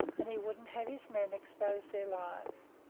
and he wouldn't have his men expose their lives.